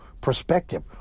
perspective